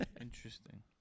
Interesting